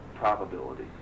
probability